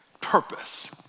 purpose